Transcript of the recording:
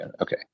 Okay